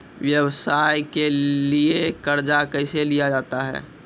व्यवसाय के लिए कर्जा कैसे लिया जाता हैं?